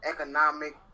economic